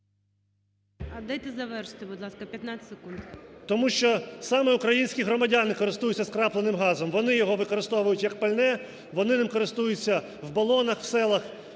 Дайте завершити, будь ласка, 15 секунд. ЛЕЩЕНКО С.А. … тому що саме українські громади користуються скрапленим газом, вони його використовують як пальне, вони ним користуються в балонах у селах,